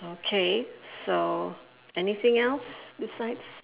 okay so anything else besides